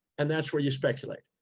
and that's where you speculate.